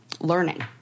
learning